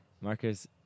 Marcus